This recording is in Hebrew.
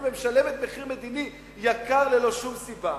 ומשלמת מחיר מדיני יקר ללא שום סיבה.